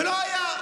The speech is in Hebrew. ולא היה.